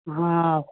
हँ